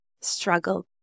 struggle